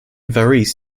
varese